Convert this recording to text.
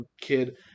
kid